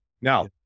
Now